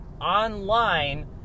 online